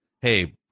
Hey